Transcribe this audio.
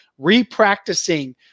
repracticing